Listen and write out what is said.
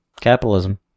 capitalism